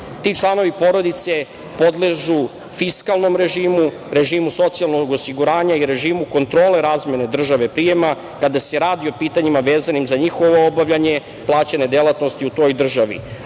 Ti članovi porodice podležu fiskalnom režimu, režimu socijalnog osiguranja i režimu kontrole razmene države prijema, kada se radi o pitanjima vezanim za njihovo obavljanje plaćene delatnosti u toj državi,